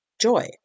Joy